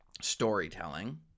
storytelling